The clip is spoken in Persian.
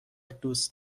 دوست